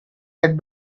had